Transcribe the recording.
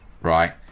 right